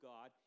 God